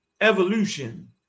evolution